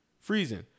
freezing